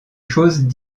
chose